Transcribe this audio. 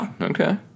Okay